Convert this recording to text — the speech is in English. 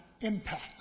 impact